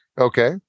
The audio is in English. Okay